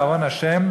לארון ה',